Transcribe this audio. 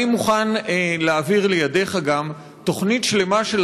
אני מוכן להעביר לידיך גם תוכנית שלמה של